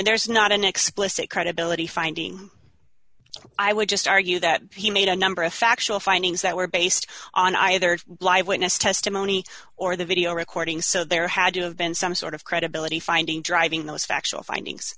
there's not an explicit credibility finding i would just argue that he made a number of factual findings that were based on either live witness testimony or the video recording so there had to have been some sort of credibility finding driving those factual findings